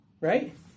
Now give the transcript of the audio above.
right